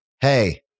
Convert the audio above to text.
hey